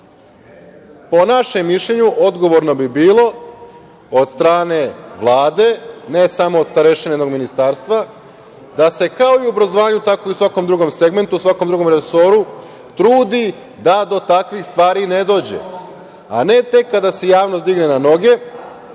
Po našem mišljenju, odgovorno bi bilo od strane Vlade, ne samo od starešine, nego ministarstva, da se kao i u obrazovanju, tako i u svakom drugom segmentu, svakom drugom resoru trudi da do takvih stvari ne dođe, a ne tek kada se javnost digne na noge.